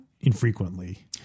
infrequently